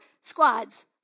squads